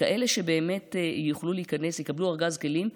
כאלה שבאמת יקבלו ארגז כלים,